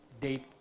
date